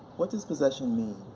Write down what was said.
what does possession mean?